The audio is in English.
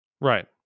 right